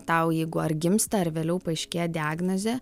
tau jeigu ar gimsta ar vėliau paaiškėja diagnozė